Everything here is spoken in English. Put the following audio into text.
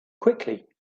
quickly